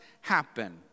happen